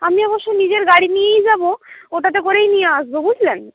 আমি অবশ্য নিজের গাড়ি নিয়েই যাবো ওটাতে করেই নিয়ে আসবো বুঝলেন